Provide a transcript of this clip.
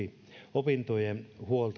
opintotuen